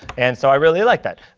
and so i really like that.